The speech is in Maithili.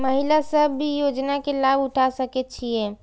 महिला सब भी योजना के लाभ उठा सके छिईय?